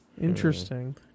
interesting